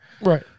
Right